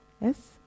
yes